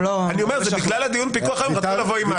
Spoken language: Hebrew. זה בגלל דיון הפיקוח היום, רצו לבוא עם משהו.